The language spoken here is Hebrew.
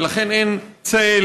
ולכן אין צל,